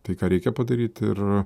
tai ką reikia padaryti ir